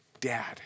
Dad